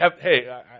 hey